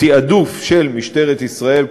התעדוף של משטרת ישראל,